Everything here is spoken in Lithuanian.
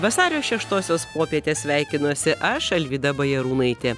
vasario šeštosios popietę sveikinuosi aš alvyda bajarūnaitė